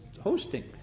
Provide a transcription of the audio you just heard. hosting